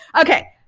Okay